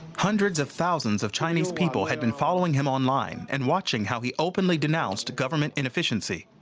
hundreds of thousands of chinese people had been following him online and watching how he openly denounced government inefficiency.